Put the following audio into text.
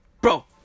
Bro